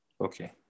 Okay